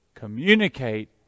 Communicate